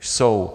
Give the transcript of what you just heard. Jsou.